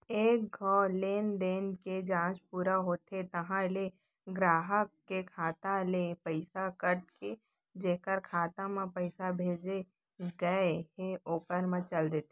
एक घौं लेनदेन के जांच पूरा होथे तहॉं ले गराहक के खाता ले पइसा कट के जेकर खाता म पइसा भेजे गए हे ओकर म चल देथे